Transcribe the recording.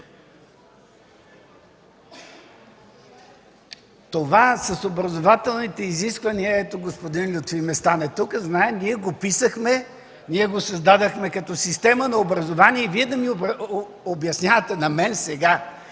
Това – с образователните изисквания, господин Местан е тук, ние го писахме и го създадохме като система на образование. И Вие да ми обяснявате на мен сега